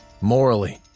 Morally